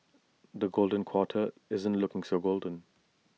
the golden quarter isn't looking so golden